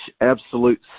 absolute